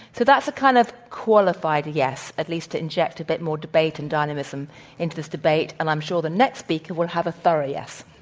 so, that's a kind of qualified yes, at least to inject a bit more debate and dynamism into this debate, and i'm sure the next speaker will have a thorough yes.